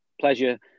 pleasure